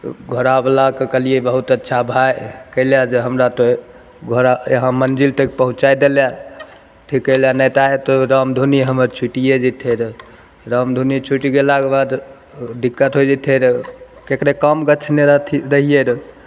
घोड़ावलाके कहलिए बहुत अच्छा भाइ कएलऽ जे हमरा तोँ घोड़ा यहाँ मन्दिर तक पहुँचै देलऽ ठीक कएलऽ नहि तऽ आइ रामधुनी हमर छुटिए जएतै रहै रामधुनी छुटि गेलाके बाद ओ दिक्कत होइए जएतै रहै ककरो काम गछने रहथिन रहिए रहै